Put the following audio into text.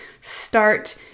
start